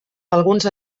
alguns